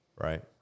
Right